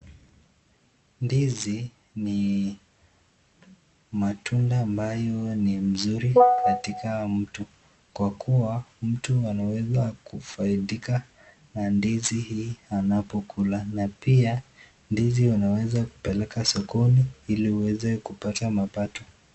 Ndizi ni matunda ambayo ni mzuri katika mtu kwa kuwa mtu anaweza kufaidika na ndizi hii anapokula na pia ndizi unaweza kupeleka sokoni ili uweze kupata mapato.